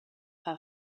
her